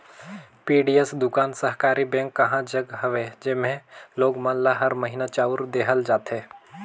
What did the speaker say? PDS दुकान सहकारी bank कहा जघा हवे जेम्हे लोग मन ल हर महिना चाँउर देहल जाथे